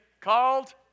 Called